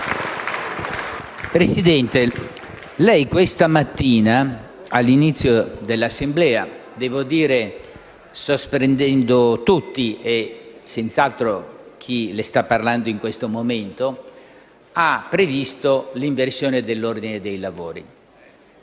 Presidente, lei questa mattina all'inizio dei lavori dell'Assemblea, sorprendendo tutti e senz'altro chi le sta parlando in questo momento, ha previsto l'inversione dell'ordine dei lavori.